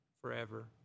forever